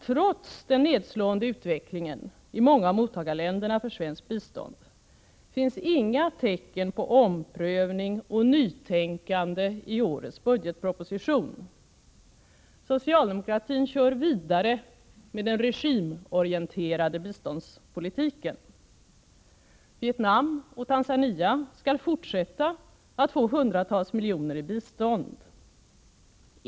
Trots den nedslående utvecklingen i många av mottagarlän derna för svenskt bistånd finns inga tecken på omprövning och nytänkande i årets budgetproposition. Socialdemokratin kör vidare med den regimorienterade biståndspolitiken. Vietnam och Tanzania skall fortsätta att få hundratals miljoner i bistånd.